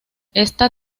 esta